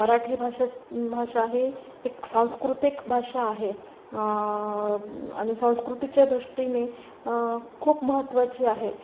मराठी भाषा भाषा ही एक सांस्कृतिक भाषा आहे आणि संस्कृतीच्या दृष्टीने खूप महत्त्वाची आहे